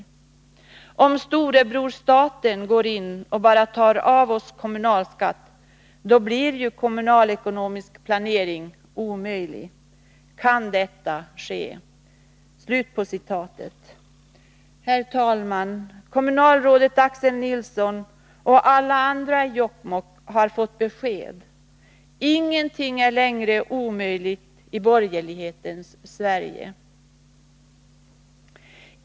Om ”storebror staten” går in och bara tar av oss kommunalskatt, då blir ju kommunal ekonomisk planering omöjlig. Kan detta få ske?” Herr talman! Kommunalrådet och alla andra i Jokkmokk har fått besked. Ingenting är längre omöjligt i borgerlighetens Sverige.